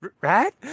right